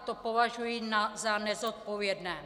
To považuji za nezodpovědné.